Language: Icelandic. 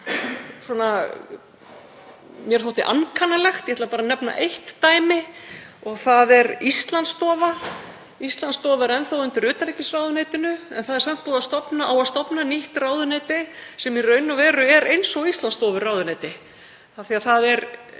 mér þótti ankannalegt. Ég ætla bara að nefna eitt dæmi, þ.e. Íslandsstofu. Íslandsstofa er enn þá undir utanríkisráðuneytinu en það á samt að stofna nýtt ráðuneyti sem er í raun og veru eins og Íslandsstofuráðuneyti af því að þar er